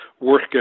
work